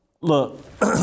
Look